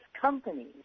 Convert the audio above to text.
companies